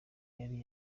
yari